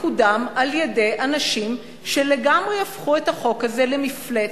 מקודם על-ידי אנשים שלגמרי הפכו את החוק הזה למפלצת,